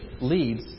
leads